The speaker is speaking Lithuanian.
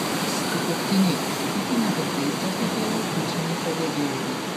sutuoktiniai įsitikinę kad gaisrą sukėlė tyčiniai padegėjai